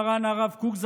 מרן הרב קוק,